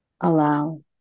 allow